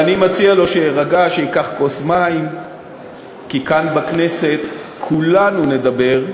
שחבר הכנסת ברכה צועק קריאות ביניים לפני שהדובר מתחיל לדבר,